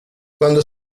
cuando